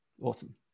Awesome